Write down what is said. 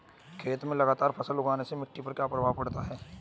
खेत में लगातार फसल उगाने से मिट्टी पर क्या प्रभाव पड़ता है?